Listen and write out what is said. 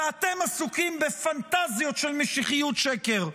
ואתם עסוקים בפנטזיות של משיחיות שקר.